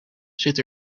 zit